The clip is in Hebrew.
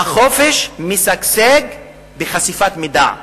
שהחופש משגשג בחשיפת מידע ובשקיפות,